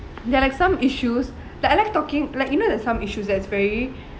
there are like some issues that I like talking like you know there's some issues that's very